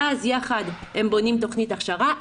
ואז יחד עם בונים תכנית הכשרה,